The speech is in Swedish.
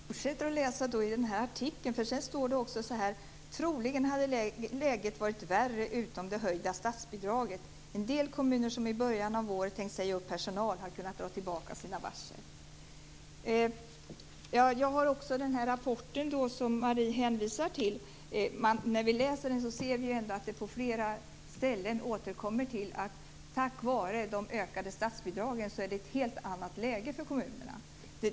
Herr talman! Då fortsätter jag att läsa i den här artikeln. Sedan står det nämligen: Troligen hade läget varit värre utan det höjda statsbidraget. En del kommuner som i början av året tänkt säga upp personal har kunnat dra tillbaka sina varsel. Jag har också den rapport som Marie Engström hänvisar till. När vi läser den ser vi att man på flera ställen återkommer till att det tack vare de ökade statsbidragen är ett helt annat läge för kommunerna.